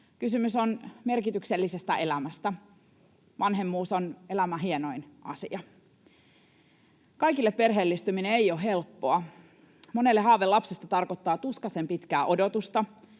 kysymys on merkityksellisestä elämästä. Vanhemmuus on elämän hienoin asia. Kaikille perheellistyminen ei ole helppoa. Monelle haave lapsesta tarkoittaa tuskaisen pitkää odotusta,